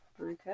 Okay